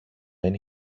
δεν